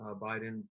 Biden